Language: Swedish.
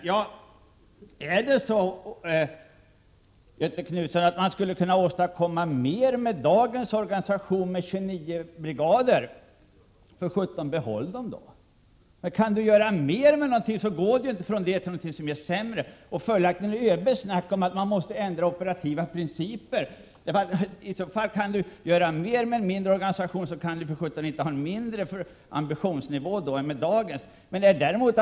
Om man, Göthe Knutson, i nuvarande läge skulle kunna åstadkomma mest med dagens organisation med 29 brigader, så behåll dem för all del då. Kan man i stället göra mer med en mindre organisation bör man välja den. Beträffande överbefälhavarens operativa principer vill jag säga följande.